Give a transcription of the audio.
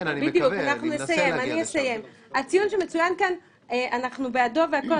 אני מבקש שלא יפריעו לי.